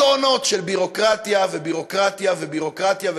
טונות של ביורוקרטיה וביורוקרטיה וביורוקרטיה,